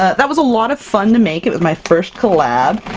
ah that was a lot of fun to make! it was my first collab,